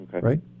right